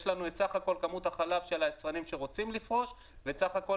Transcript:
יש לנו סך כול כמות החלב של היצרנים שרוצים לפרוש ואת סך כול